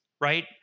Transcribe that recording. right